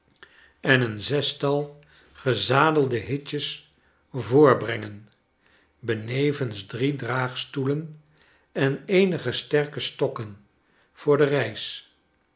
en een zestal gezadelde hitjes voorbrengen benevens drie draagstoelen en eenige sterke stokken voor de reis